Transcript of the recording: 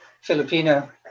Filipino